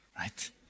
right